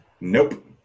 Nope